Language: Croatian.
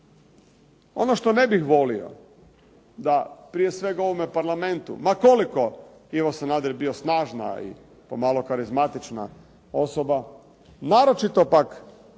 Ono što ne bih volio da prije svega u ovome parlamentu ma koliko Ivo Sanader bio snažna i pomalo karizmatična osoba naročito pak